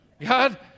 God